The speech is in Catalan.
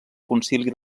concili